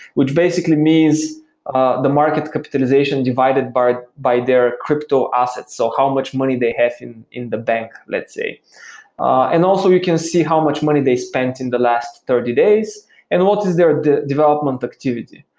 which basically means ah the market capitalization divided by by their crypto asset, so how much money they have in in the bank, let's say and also we can see how much money they spent in the last thirty days and what is their development activity.